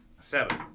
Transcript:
Seven